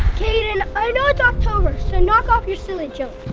kaden, i know it's october, so knock off your silly joke.